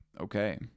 okay